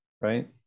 right